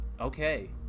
Okay